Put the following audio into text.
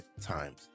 Times